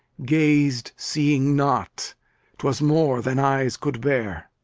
gazed seeing not twas more than eyes could bear.